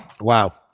Wow